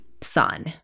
son